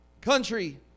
country